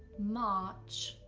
march,